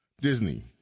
Disney